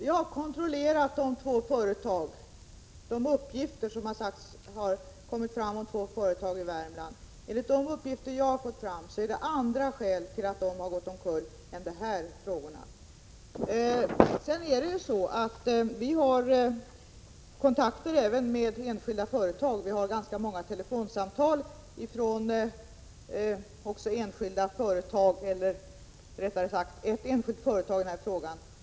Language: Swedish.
Fru talman! Jag har kontrollerat uppgifterna om de två företagen i Värmland. Enligt vad jag har fått fram är det andra skäl som lett till att de gått omkull än det här permitteringslönesystemet. Vi har kontakter även med enskilda företag — vi får ganska många telefonsamtal i den här frågan från ett enskilt företag.